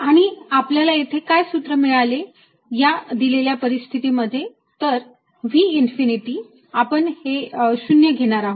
आणि आपल्याला येथे काय सूत्र मिळाले या दिलेल्या परिस्थितीमध्ये V इन्फिनिटी आपण हे 0 घेणार आहोत